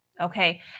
okay